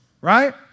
right